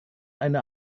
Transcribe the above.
eine